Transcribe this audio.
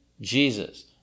Jesus